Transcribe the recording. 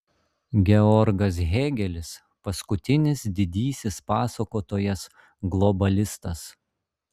georgas hėgelis paskutinis didysis pasakotojas globalistas